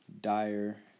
dire